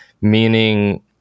meaning